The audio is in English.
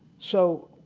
so,